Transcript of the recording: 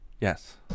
Yes